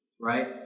right